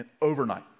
Overnight